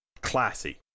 classy